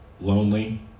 lonely